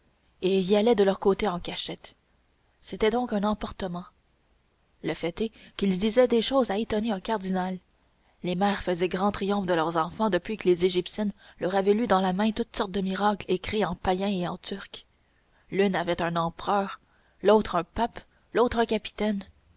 et y allaient de leur côté en cachette c'était donc un emportement le fait est qu'ils disaient des choses à étonner un cardinal les mères faisaient grand triomphe de leurs enfants depuis que les égyptiennes leur avaient lu dans la main toutes sortes de miracles écrits en païen et en turc l'une avait un empereur l'autre un pape l'autre un capitaine